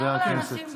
אבל מותר לאנשים גם,